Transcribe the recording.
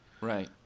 right